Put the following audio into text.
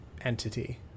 entity